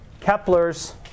Kepler's